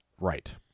Right